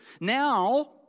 now